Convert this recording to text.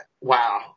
wow